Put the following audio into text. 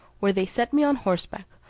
where they set me on horseback,